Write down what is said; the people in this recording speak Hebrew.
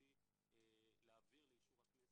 נכון.